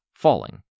Falling